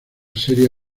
serie